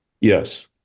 Yes